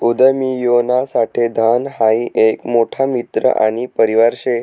उदयमियोना साठे धन हाई एक मोठा मित्र आणि परिवार शे